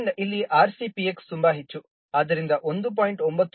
ಆದ್ದರಿಂದ ಇಲ್ಲಿ RCPX ತುಂಬಾ ಹೆಚ್ಚು ಆದ್ದರಿಂದ 1